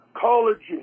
colleges